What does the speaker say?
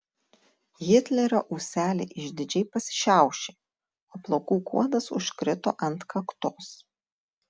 hitlerio ūseliai išdidžiai pasišiaušė o plaukų kuodas užkrito ant kaktos